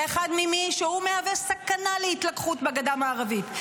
ואחד, מי שמהווה סכנה להתלקחות בגדה המערבית.